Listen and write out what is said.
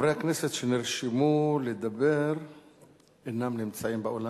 חברי הכנסת שנרשמו לדבר אינם נמצאים באולם.